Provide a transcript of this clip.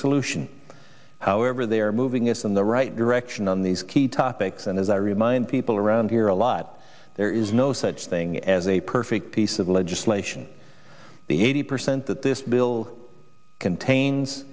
solution however they are moving us in the right direction on these key topics and as i remind people around here a lot there is no such thing as a perfect piece of legislation the eighty percent that this bill contains